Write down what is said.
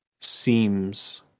seems